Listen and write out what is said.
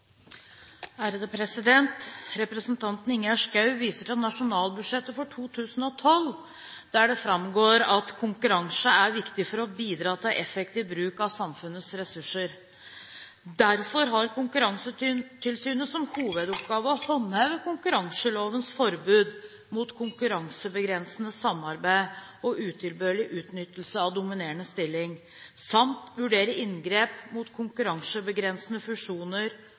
Representanten Ingjerd Schou viser til nasjonalbudsjettet for 2012, der det framgår at konkurranse er viktig for å bidra til effektiv bruk av samfunnets ressurser. Derfor har Konkurransetilsynet som hovedoppgave å håndheve konkurranselovens forbud mot konkurransebegrensende samarbeid og utilbørlig utnyttelse av dominerende stilling, samt vurdere inngrep mot konkurransebegrensende